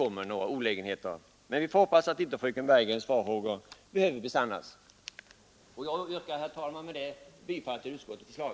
Men vi får som sagt hoppas att inte fröken Bergegrens farhågor behöver besannas. Herr talman! Med detta yrkar jag bifall till utskottets förslag.